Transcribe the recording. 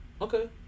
Okay